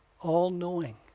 all-knowing